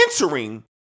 entering